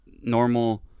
normal